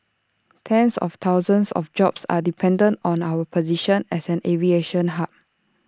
tens of thousands of jobs are dependent on our position as an aviation hub